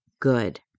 good